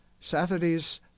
Saturdays